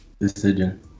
decision